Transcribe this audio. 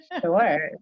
Sure